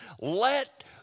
let